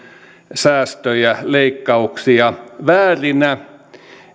säästöjä leikkauksia väärinä